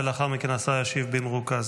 ולאחר מכן השר ישיב במרוכז.